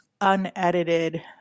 unedited